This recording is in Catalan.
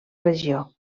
regió